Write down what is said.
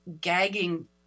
gagging